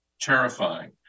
Terrifying